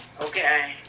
Okay